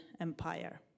empire